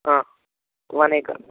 one acre